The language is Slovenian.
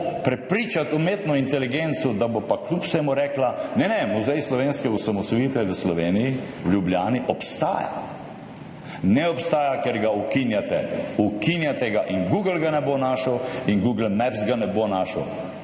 prepričati umetno inteligenco, da bo pa kljub vsemu rekla, ne ne, Muzej slovenske osamosvojitve v Sloveniji, v Ljubljani obstaja. Ne obstaja, ker ga ukinjate. Ukinjate ga. In Google ga ne bo našel in Google Maps ga ne bo našel,